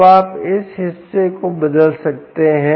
अब आप इस हिस्से को बदल सकते हैं